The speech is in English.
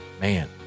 man